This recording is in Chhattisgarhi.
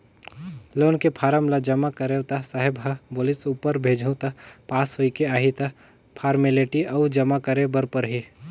लोन के फारम ल जमा करेंव त साहब ह बोलिस ऊपर भेजहूँ त पास होयके आही त फारमेलटी अउ जमा करे बर परही